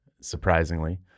surprisingly